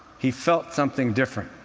he felt something different.